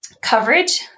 coverage